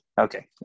Okay